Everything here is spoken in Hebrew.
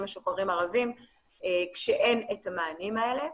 משוחררים ערבים כשאין את המענים האלה.